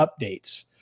updates